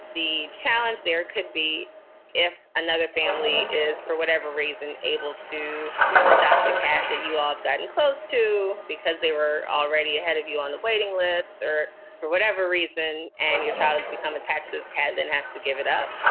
the challenge there could be if another family is, for whatever reason, able to adopt a cat that you all have gotten close to because they were already ahead of you on the waiting list or for whatever reason. and your child has become attached as cat then has to give it up.